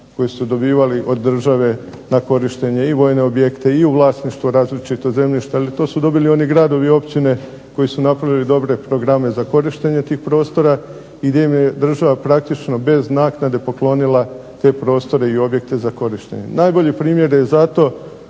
koji su dobivali od države na korištenje i vojne objekte i u vlasništvo različita zemljišta, ali to su dobili oni gradovi i općine koji su napravili dobre programe za korištenje tih prostora i gdje im je država praktično bez naknade poklonila te prostore i objekte za korištenje. Najbolji primjer je za to